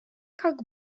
как